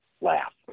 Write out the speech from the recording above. laugh